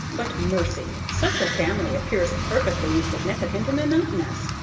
but, mercy! such a family appears perfectly insignificant and monotonous.